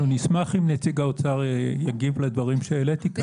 אנחנו נשמח אם נציג האוצר יגיב לדברים שהעליתי כאן.